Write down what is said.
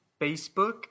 Facebook